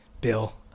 Bill